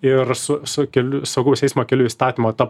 ir su su keliu saugaus eismo kelių įstatymo ta